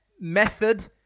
method